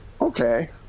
Okay